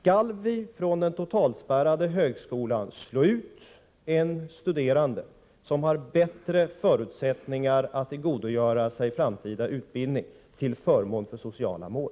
Skall vi från den totalspärrade högskolan slå ut en studerande som har bättre förutsättningar att tillgodogöra sig framtida utbildning till förmån för sociala mål?